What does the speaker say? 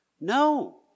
No